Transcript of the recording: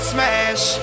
Smash